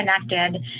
connected